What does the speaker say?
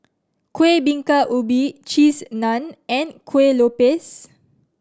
Kuih Bingka Ubi Cheese Naan and kue lupis